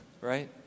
Right